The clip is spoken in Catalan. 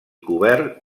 cobert